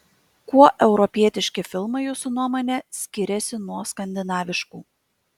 kuo europietiški filmai jūsų nuomone skiriasi nuo skandinaviškų